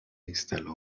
instaló